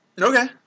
Okay